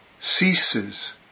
ceases